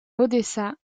odessa